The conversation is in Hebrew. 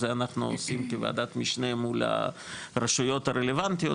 זה אנחנו עושים כוועדת משנה מול הרשויות הרלבנטיות,